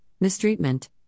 mistreatment